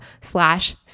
slash